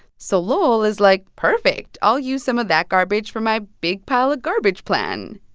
so lowell is like, perfect i'll use some of that garbage for my big-pile-of-garbage plan.